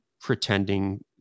pretending